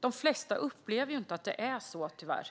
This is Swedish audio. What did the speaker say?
De flesta upplever tyvärr inte att det är på det sättet.